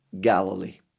Galilee